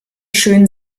schön